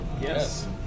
Yes